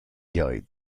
lloyd